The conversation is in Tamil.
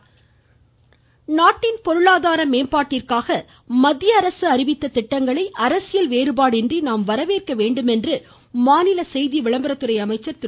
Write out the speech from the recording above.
கடம்பூர் ராஜீ நாட்டின் பொருளாதார மேம்பாட்டிற்காக மத்திய அரசு அறிவித்த திட்டங்களை அரசியல் வேறுபாடின்றி நாம் வரவேற்க வேண்டும் என்று மாநில செய்தி விளம்பர துறை அமைச்சர் திரு